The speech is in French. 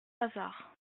hasard